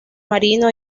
marino